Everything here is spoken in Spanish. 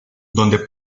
donde